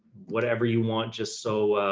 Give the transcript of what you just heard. whatever you want, just so,